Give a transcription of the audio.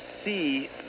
see